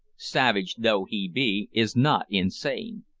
savage though he be, is not insane.